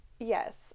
Yes